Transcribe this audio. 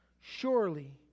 Surely